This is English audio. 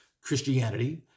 Christianity